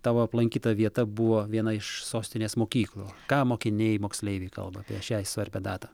tavo aplankyta vieta buvo viena iš sostinės mokyklų ką mokiniai moksleiviai kalba apie šiai svarbią datą